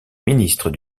ministre